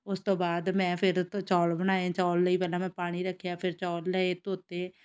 ਉਸ ਤੋਂ ਬਾਅਦ ਮੈਂ ਫਿਰ ਤੋਂ ਚੌਲ ਬਣਾਏ ਚੌਲ ਲਈ ਪਹਿਲਾਂ ਮੈਂ ਪਾਣੀ ਰੱਖਿਆ ਫਿਰ ਚੌਲ ਲਏ ਧੋਤੇ